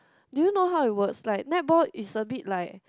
do you know how it works like netball is a bit like